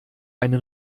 einen